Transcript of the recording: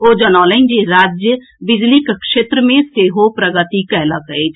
ओ जनौलनि जे राज्य बिजलीक क्षेत्र मे सेहो प्रगति कयलक अछि